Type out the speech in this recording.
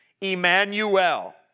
Emmanuel